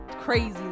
crazy